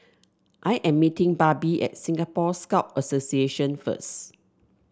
I am meeting Barbie at Singapore Scout Association first